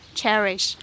cherish